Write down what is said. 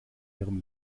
ihrem